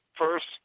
First